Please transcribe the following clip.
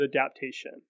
adaptation